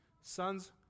Sons